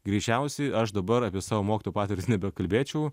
greičiausiai aš dabar apie savo mokytojų patirtis nebekalbėčiau